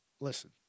Listen